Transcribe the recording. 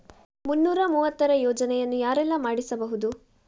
ಮುನ್ನೂರ ಮೂವತ್ತರ ಯೋಜನೆಯನ್ನು ಯಾರೆಲ್ಲ ಮಾಡಿಸಬಹುದು?